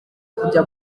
kujya